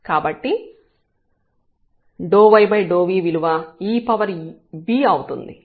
కాబట్టి ∂y∂v విలువ ev అవుతుంది